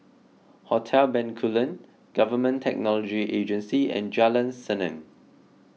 Hotel Bencoolen Government Technology Agency and Jalan Senang